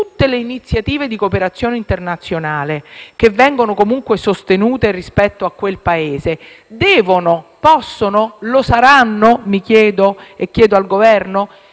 tutte le iniziative di cooperazione internazionale che vengono comunque sostenute rispetto a quel Paese devono, possono, saranno - me lo chiedo e lo chiedo al Governo